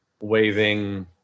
waving